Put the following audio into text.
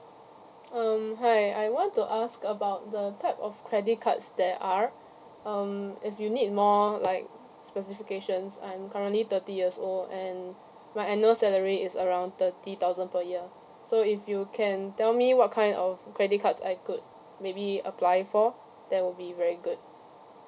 um hi I want to ask about the type of credit cards there are um if you need more like specifications I'm currently thirty years old and my annual salary is around thirty thousand per year so if you can tell me what kind of credit cards I could maybe apply for that will be very good